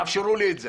שיאפשרו לי את זה.